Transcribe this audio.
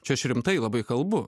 čia aš rimtai labai kalbu